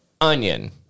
onion